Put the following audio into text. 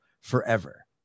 forever